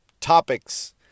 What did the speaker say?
topics